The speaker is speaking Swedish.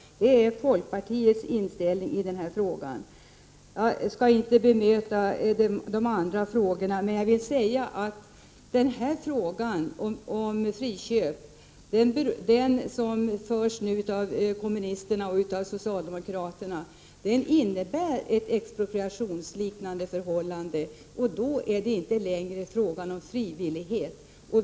Det är folkpartiets inställning. Jag skall inte bemöta de andra frågorna. Jag vill bara säga att den friköpslinje som nu drivs av kommunisterna och socialdemokraterna innebär ett expropriationsliknande förhållande. Då är det inte längre fråga om frivillighet.